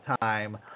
time